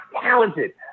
talented